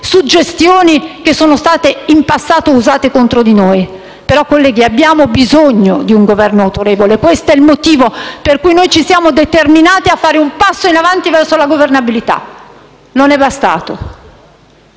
suggestioni che sono state in passato usate contro di noi - che abbiamo bisogno di un Governo autorevole: questo è il motivo per cui ci siamo determinati a fare un passo in avanti verso la governabilità. Non è bastato.